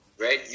Right